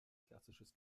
klassisches